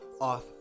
Off